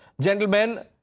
gentlemen